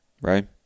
Right